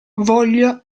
voglio